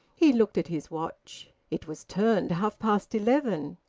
he looked at his watch. it was turned half-past eleven.